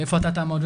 ואיפה אתה תעמוד,